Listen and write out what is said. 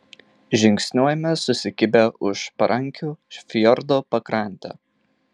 žingsniuojame susikibę už parankių fjordo pakrante